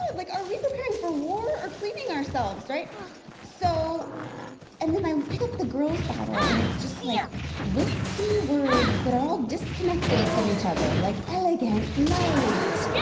like are we preparing for war or cleaning ourselves? so and then i pick up the girls' bottle, and it's just like wispy words that are all disconnected from each other, like, elegant, light,